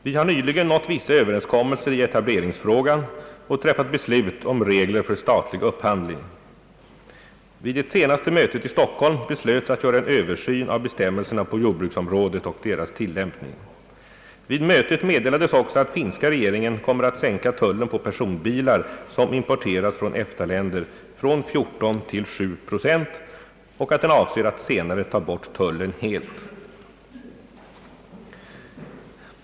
Vi har nyligen nått vissa överenskommelser i etäåbleringsfrågan och träffat beslut om negler för statlig upphandling Vid Wet senaste mötet i Stockholm , beslöts tatt göra en Översyn av bestämmelserna/på jordbruksområdet och deras tillämpning. Vid mötet meddelades också latt finska regeringen kommer att sänka tullen på personbilar som importeras från EFTA-länder från 14 till 7 procent, och att den avser att senare ta bort tullen helt.